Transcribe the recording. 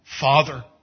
Father